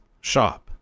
shop